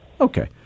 Okay